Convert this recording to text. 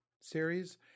series